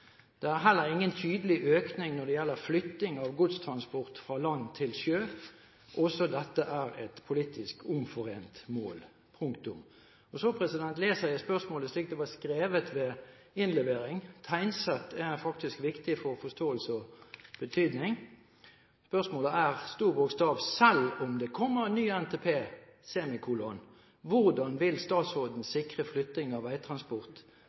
Det er heller ingen tydelig økning når det gjelder flytting av godstransport fra land til sjø, også dette et politisk omforent mål, selv om det kommer en ny Nasjonal transportplan. Hvordan vil statsråden sikre flytting av veitransport til bane og landtransport til sjø?» Så vil jeg lese slutten av spørsmålet slik det var skrevet ved innlevering. Tegnsetting er faktisk viktig for forståelse og betydning: «Også dette er et politisk omforent mål. Selv